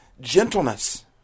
gentleness